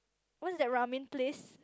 what's that ramen place